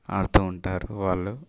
ఆడుతుంటారు వాళ్ళు